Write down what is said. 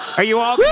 are you all whoo!